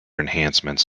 enhancements